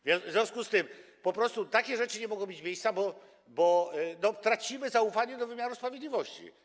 A więc w związku z tym po prostu takie rzeczy nie mogą mieć miejsca, bo tracimy zaufanie do wymiaru sprawiedliwości.